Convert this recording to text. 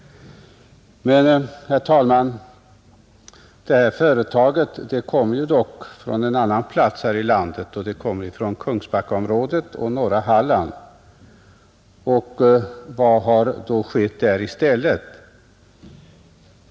Men, herr talman, det här företaget kommer dock från en annan del av landet, nämligen från Kungsbackaområdet och norra Halland. Vad har då skett där i stället?